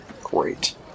Great